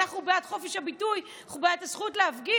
אנחנו בעד חופש הביטוי, אנחנו בעד הזכות להפגין.